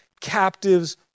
captives